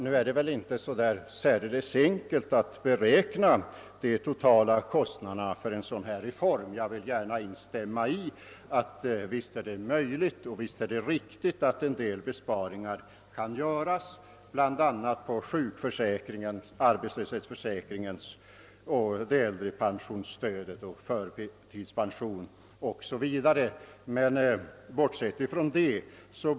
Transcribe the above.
Nu är det väl inte särdeles enkelt att beräkna de totala kostnaderna för en sådan här reform. Jag vill gärna instämma i att det visst är möjligt och visst är riktigt att en del besparingar kan göras bl.a. när det gäller sjukförsäkringen, arbetslöshetsförsäkringen, det äldre pensionsstödet och förtidspensionen, men bortsett därifrån blir ändå kostnaderna höga.